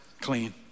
clean